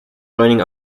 joining